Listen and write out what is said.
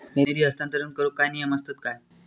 निधी हस्तांतरण करूक काय नियम असतत काय?